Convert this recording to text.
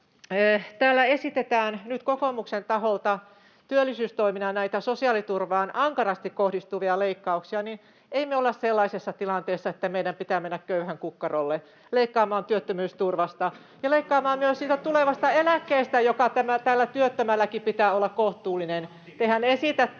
Täällä esitetään nyt kokoomuksen taholta työllisyystoimina näitä sosiaaliturvaan ankarasti kohdistuvia leikkauksia, mutta ei me olla sellaisessa tilanteessa, että meidän pitää mennä köyhän kukkarolle leikkaamaan työttömyysturvasta ja leikkaamaan myös siitä tulevasta eläkkeestä, jonka työttömälläkin pitää olla kohtuullinen. Tehän esitätte,